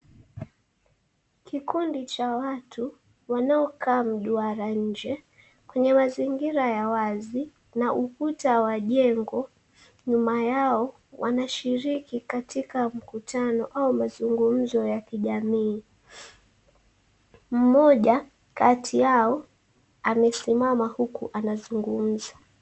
Kikundi cha watu wanaokaa mduara nje kwenye mazingira ya wazi na ukuta wa jengo nyuma yao wanashiriki katika mkutano au mazungumzo ya kijamii. Mmoja kati yao amesimama huku anazungumza.